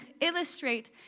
illustrate